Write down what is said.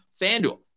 FanDuel